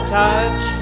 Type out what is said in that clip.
touch